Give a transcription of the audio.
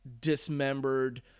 dismembered